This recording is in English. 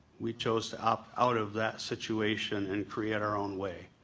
we chose to opt out of that situation and create our own way.